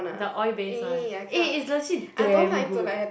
the oil-based one eh it's legit damn good